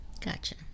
Gotcha